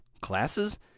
Classes